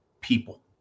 people